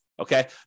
Okay